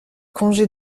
congé